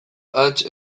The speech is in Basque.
hats